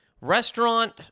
restaurant